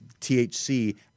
THC